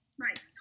Right